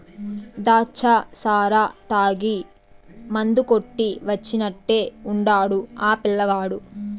దాచ్చా సారా తాగి మందు కొట్టి వచ్చినట్టే ఉండాడు ఆ పిల్లగాడు